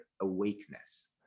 awakeness